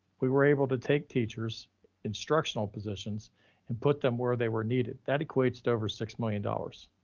we were able to take teachers instructional positions and put them where they were needed, that equates to over six million dollars.